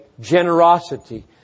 generosity